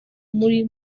muri